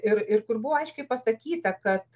ir ir kur buvo aiškiai pasakyta kad